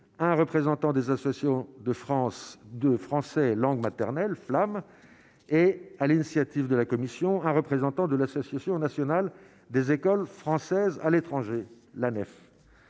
un représentant des associations de France de français langue maternelle flamme et, à l'initiative de la Commission a représentant de l'association nationale des écoles françaises à l'étranger, la